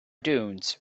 dunes